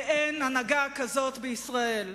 ואין הנהגה כזאת בישראל.